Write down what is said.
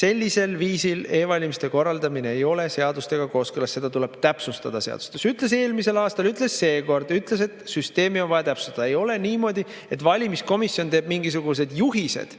sellisel viisil e-valimiste korraldamine ei ole seadustega kooskõlas, seda tuleb seadustes täpsustada. Ütles eelmisel aastal, ütles seekord, et süsteemi on vaja täpsustada. Ei ole niimoodi, et valimiskomisjon teeb mingisugused juhised